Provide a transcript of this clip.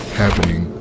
happening